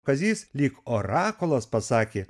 kazys lyg orakulas pasakė